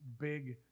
big